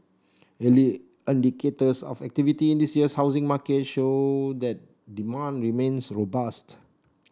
early indicators of activity in this year's housing market show that demand remains robust